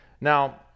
Now